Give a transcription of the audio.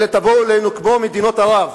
אלא תבואו אלינו כמו מדינות ערב,